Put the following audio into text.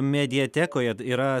mediatekoje yra